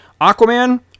Aquaman